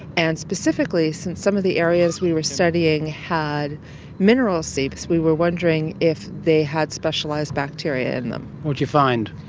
and specifically since some of the areas we were studying had mineral seeps, we were wondering if they had specialised bacteria in them. what did you find?